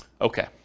Okay